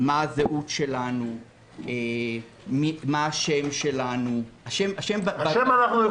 מה הזהות שלנו, מה השם שלנו בתפיסה,